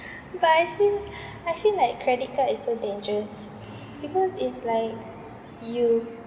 but I feel I feel like credit card is so dangerous because is like you